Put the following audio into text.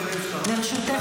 ואנחנו נישאר.